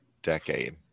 decade